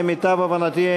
למיטב הבנתי,